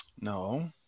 no